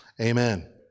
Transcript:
Amen